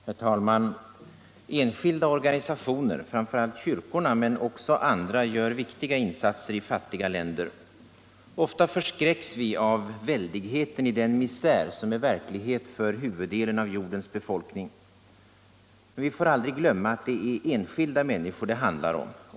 Herr talman! Enskilda organisationer, framför allt kyrkorna men också andra, gör viktiga insatser i fattiga länder. Ofta förskräcks vi av väldigheten i den misär som är verklighet för huvuddelen av jordens befolkning. Men vi får aldrig glömma att det är enskilda människor det handlar om.